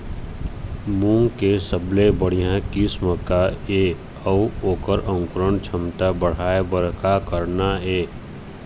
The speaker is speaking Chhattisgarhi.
मूंग के सबले बढ़िया किस्म का ये अऊ ओकर अंकुरण क्षमता बढ़ाये बर का करना ये?